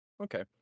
Okay